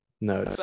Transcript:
No